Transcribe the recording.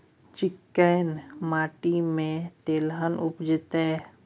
चिक्कैन माटी में तेलहन उपजतै?